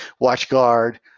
WatchGuard